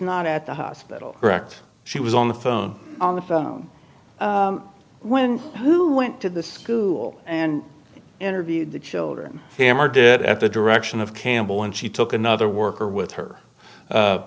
not at the hospital correct she was on the phone on the phone when who went to the school and interviewed the children hammer did at the direction of campbell and she took another worker with her